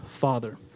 Father